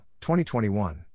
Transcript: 2021